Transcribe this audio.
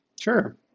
Sure